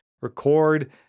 record